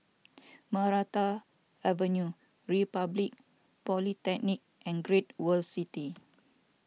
Maranta Avenue Republic Polytechnic and Great World City